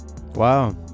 Wow